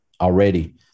already